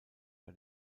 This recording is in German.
bei